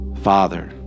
father